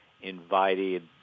invited